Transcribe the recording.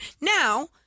Now